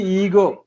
ego